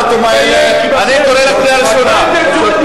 ביום שלישי עורך-הדין אמנון זכרוני שנדחה מחודש לחודש.